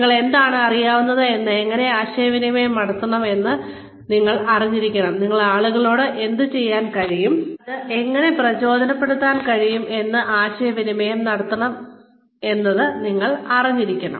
നിങ്ങൾക്ക് എന്താണ് അറിയാവുന്നത് എന്ന് എങ്ങനെ ആശയവിനിമയം നടത്തണം എന്നത് നിങ്ങൾ അറിഞ്ഞിരിക്കണം നിങ്ങൾക്ക് ആളുകളോട് എന്തുചെയ്യാൻ കഴിയും അത് എങ്ങനെ പ്രയോജനപ്പെടുത്താൻ കഴിയും എന്നത് എങ്ങനെ ആശയവിനിമയം നടത്തണം എന്നത് നിങ്ങൾ അറിഞ്ഞിരിക്കണം